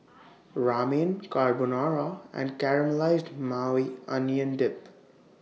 Ramen Carbonara and Caramelized Maui Onion Dip